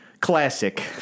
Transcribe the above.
Classic